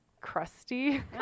crusty